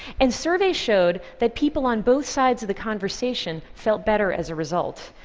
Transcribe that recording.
and surveys showed that people on both sides of the conversation felt better as a result.